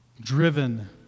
driven